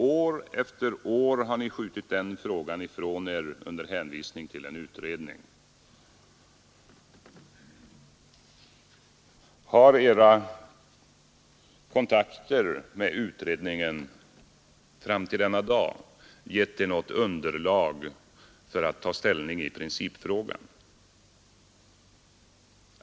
År efter år har ni skjutit den frågan ifrån er under hänvisning till en utredning. Har era kontakter med utredningen fram till denna dag gett er något underlag för att ta ställning i principfrågan?